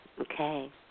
Okay